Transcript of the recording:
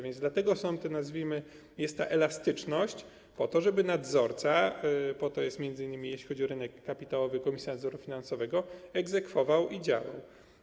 Więc dlatego, nazwijmy to, jest ta elastyczność, po to żeby nadzorca, to jest m.in. jeśli chodzi o rynek kapitałowy Komisja Nadzoru Finansowego, egzekwował i działał.